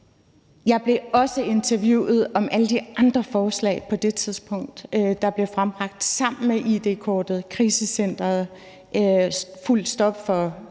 Jeg blev også interviewet om de andre forslag på det tidspunkt, der blev frembragt sammen med det om id-kortet – krisecenteret, fuldt stop for